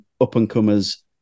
up-and-comers